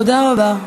תודה רבה.